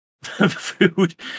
food